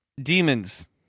demons